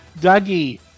Dougie